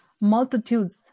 Multitudes